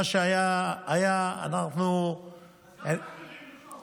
אז גם אנחנו יודעים לקרוא.